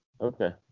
okay